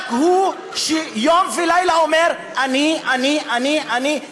רק הוא יום ולילה אומר: אני אני אני אני,